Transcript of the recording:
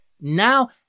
now